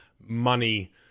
money